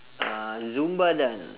uh zumba dance